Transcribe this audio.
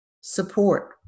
support